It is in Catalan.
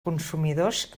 consumidors